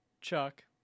Chuck